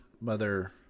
Mother